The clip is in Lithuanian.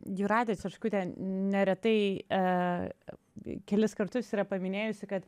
jūratė čerškutė neretai kelis kartus yra paminėjusi kad